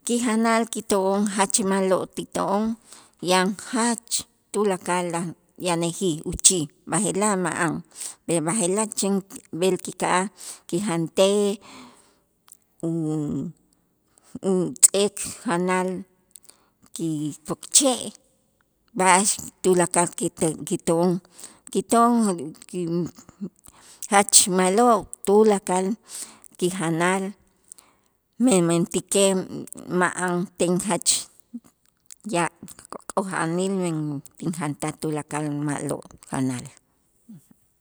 Kijanal kito'on jach ma'lo' ti to'on yan jach tulakal yanäjij uchij b'aje'laj ma'an, b'aje'laj chen b'el kika'aj kijantej u- utz'eek janal kipokche' b'a'ax tulakal kite kito'on kiton jach ma'lo' tulakal kijanal men, mentäkej ma'anten jach yaab' k'oja'anil men tinjantaj tulakal ma'lo' janal.